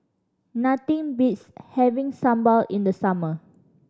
nothing beats having sambal in the summer